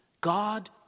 God